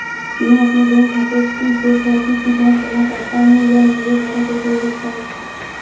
मैं अपने बैंक खाते की शेष राशि की जाँच करना चाहता हूँ यह मेरे द्वारा कैसे हो सकता है?